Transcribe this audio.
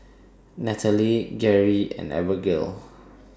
Nathaly Geri and Abigayle